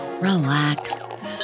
Relax